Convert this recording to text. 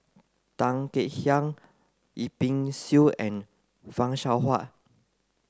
Tan Kek Hiang Yip Pin Xiu and Fan Shao Hua